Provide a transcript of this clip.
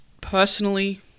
personally